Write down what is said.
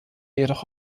jedoch